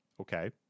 okay